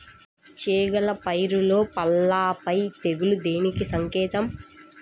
చేగల పైరులో పల్లాపై తెగులు దేనికి సంకేతం?